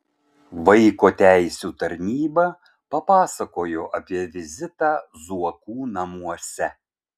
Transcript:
vaiko teisių tarnyba papasakojo apie vizitą zuokų namuose